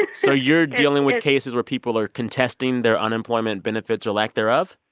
so you're dealing with cases where people are contesting their unemployment benefits or lack thereof?